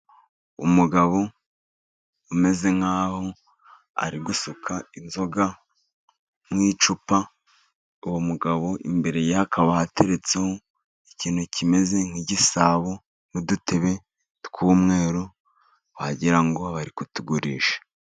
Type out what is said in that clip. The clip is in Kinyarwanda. Umugabo umeze nk'aho ari gusuka inzoga mu icupa. Uwo mugabo imbere ye hakaba hateretseho ikintu kimeze nk'igisabo, n'udutebe tw'umweru, wagira ngo bari kutugurisha.